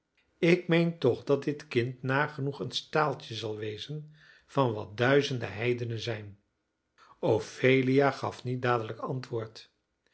ik meen toch dat dit kind nagenoeg een staaltje zal wezen van wat duizenden heidenen zijn ophelia gaf niet dadelijk antwoord